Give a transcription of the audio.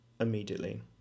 immediately